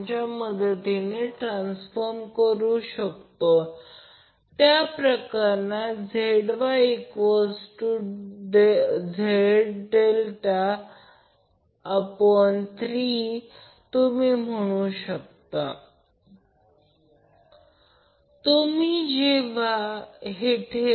जर तसे केले तर या ट्रान्सफॉर्मेशननंतर आकृती 10 प्रमाणे एक सिस्टम म्हणून या ∆ ला मध्ये एकत्र करा ही एक सिस्टम असेल जसे आकृती 10 मध्ये आहे सोर्स लोड मिळवा